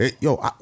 Yo